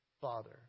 Father